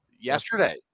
Yesterday